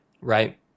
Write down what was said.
right